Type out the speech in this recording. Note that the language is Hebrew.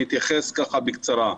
אני אתייחס בקצרה.